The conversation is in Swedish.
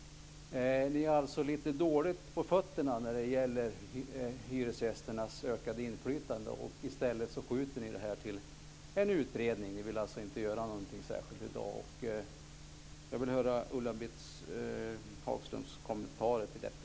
Ni har alltså lite dåligt på fötterna när det gäller hyresgästernas ökade inflytande. I stället skjuter ni det här till en utredning. Ni vill alltså inte göra något särskilt i dag. Jag vill höra Ulla-Britt Hagströms kommentarer till detta.